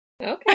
Okay